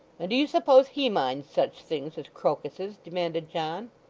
and do you suppose he minds such things as crocuses demanded john.